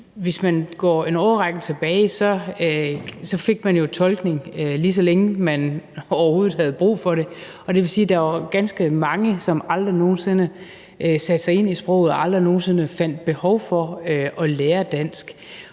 hvis vi går en årrække tilbage, fik man jo tolkning, lige så længe man overhovedet havde brug for det, og det vil sige, at der var ganske mange, som aldrig nogen sinde satte sig ind i sproget og aldrig nogen sinde fandt behov for at lære dansk.